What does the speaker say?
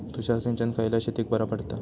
तुषार सिंचन खयल्या शेतीक बरा पडता?